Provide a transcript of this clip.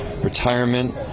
retirement